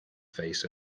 face